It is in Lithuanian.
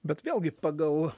bet vėlgi pagal